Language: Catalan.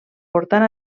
portant